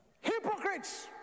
hypocrites